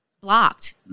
blocked